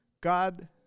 God